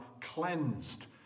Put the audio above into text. cleansed